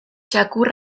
txakur